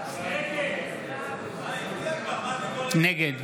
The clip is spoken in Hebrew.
נגד צגה מלקו, נגד